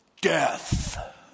death